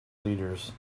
leaders